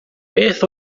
beth